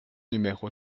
numéro